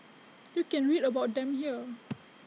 you can read about them here